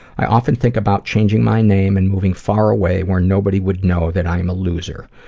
i often think about changing my name and moving far away where nobody would know that i'm a loser.